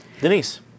Denise